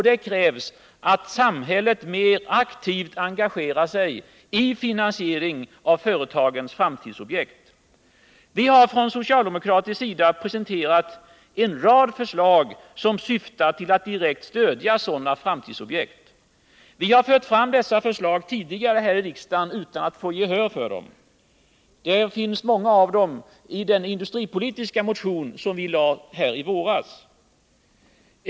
Det krävs att samhället mer aktivt engagerar sig i finansieringen av företagens framtidsprojekt. Vi har från socialdemokratiskt håll presenterat en rad förslag som syftar till att direkt stödja sådana framtidsprojekt. Vi har fört fram dessa förslag tidigare här i riksdagen, utan att få gehör för dem. Många av dem finns i den industripolitiska motion som vi lade fram i våras.